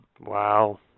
Wow